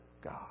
God